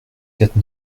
quatre